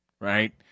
right